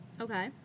Okay